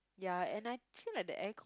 ya and I feel like the aircon